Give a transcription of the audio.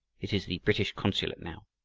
it is the british consulate now.